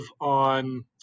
on